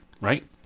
right